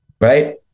Right